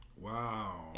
Wow